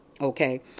Okay